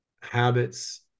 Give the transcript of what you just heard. habits